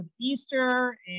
Easter